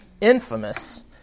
infamous